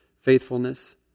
faithfulness